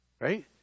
Right